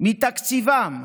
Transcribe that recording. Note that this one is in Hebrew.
מתקציבן,